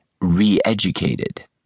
re-educated